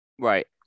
Right